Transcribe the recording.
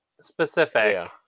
specific